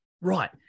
right